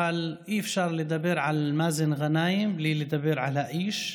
אבל אי-אפשר לדבר על מאזן גנאים בלי לדבר על האיש,